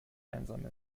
einsam